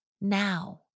now